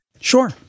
sure